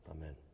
Amen